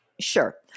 Sure